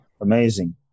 Amazing